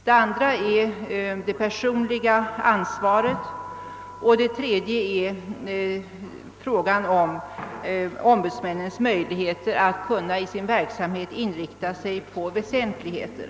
Den andra gäller det personliga ansvaret och den tredje ombudsmännens möjligheter att i sin verksamhet kunna inrikta sig på väsentligheter.